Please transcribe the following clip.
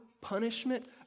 punishment